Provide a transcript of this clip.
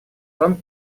зон